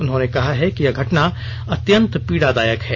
उन्होंने कहा है कि यह घटना अत्यंत पीड़ादायक है